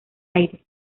aire